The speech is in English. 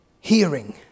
hearing